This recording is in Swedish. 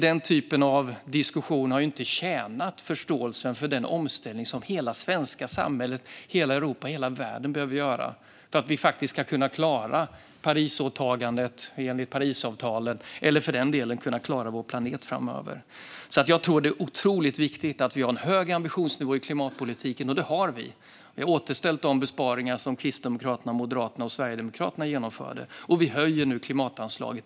Den typen av diskussion har inte tjänat förståelsen för den omställning som hela det svenska samhället, hela Europa och hela världen behöver göra för att vi ska kunna klara åtagandena enligt Parisavtalet eller för att vår planet ska klara sig framöver. Jag tror att det är otroligt viktigt att vi har en hög ambitionsnivå i klimatpolitiken, och det har vi. Vi har återställt de besparingar som Kristdemokraterna, Moderaterna och Sverigedemokraterna genomförde, och vi höjer nu klimatanslaget.